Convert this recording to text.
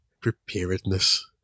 Preparedness